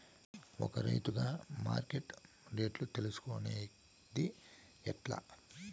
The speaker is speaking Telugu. ఒక రైతుగా మార్కెట్ రేట్లు తెలుసుకొనేది ఎట్లా?